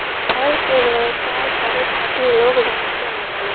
फल के व्यवसाय करे खातिर लोग बगीचा लगावलन